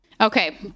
Okay